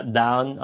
down